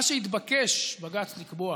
מה שהתבקש בג"ץ לקבוע,